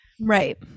right